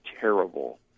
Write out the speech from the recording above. terrible